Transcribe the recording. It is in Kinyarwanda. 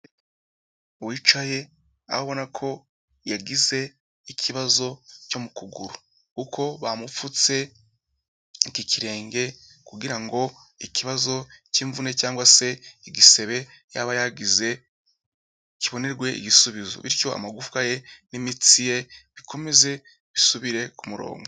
Wicaye aho ubona ko yagize ikibazo cyo mu kuguru, kuko bamupfutse ikirenge kugira ngo ikibazo k'imvune cg se igisebe yaba yagize kibonerwe igisubizo, bityo amagufwa ye n'imitsi ye bikomeze bisubire ku murongo.